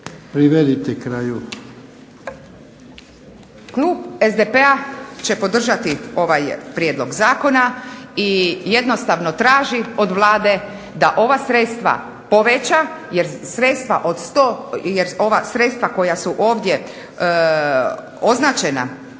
Ingrid (SDP)** Klub SDP-a će podržati ovaj prijedlog zakona i jednostavno traži od Vlade da ova sredstva poveća, jer sredstva od 100, jer ova